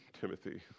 Timothy